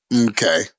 Okay